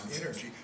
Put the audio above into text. energy